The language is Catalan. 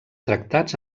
tractats